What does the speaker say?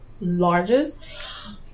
largest